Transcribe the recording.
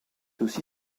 aussi